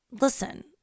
listen